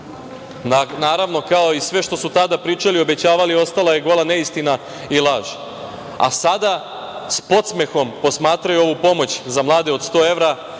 Naravno, kao i sve što su tada pričali, obećavali, ostala je gola neistina i laž. Sada, s podsmehom posmatraju ovu pomoć za mlade od 100 evra